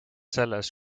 selles